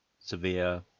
Severe